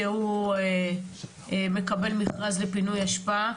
שהוא מקבל מכרז לפינוי אשפה,